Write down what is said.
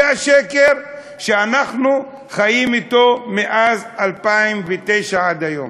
זה השקר שאנחנו חיים אתו מאז 2009 עד היום.